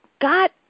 got